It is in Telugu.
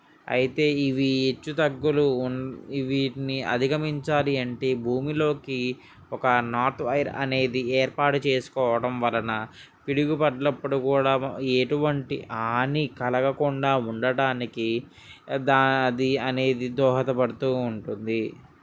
అయితే ఇవి హెచ్చు తగ్గులు వీటిని అధిగమించాలంటే భూమిలోకి ఒక నార్త్ వైర్ అనేది ఏర్పాటు చేసుకోవడం వలన పిడుగు పడినప్పుడు కూడా ఎటువంటి హాని కలగకుండా ఉండడానికి దా అది అనేది దోహదపడుతూ ఉంటుంది